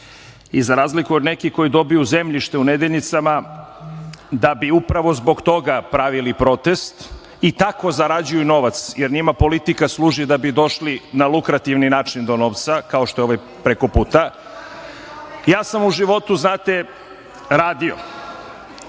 i za razliku od nekih koji dobiju zemljište u Nedeljicama da bi upravo zbog toga pravili protest i tako zarađuju novac, jer njima politika služi da bi došli na lukrativni način do novca, kao što je ovaj preko puta, ja sam u životu radio,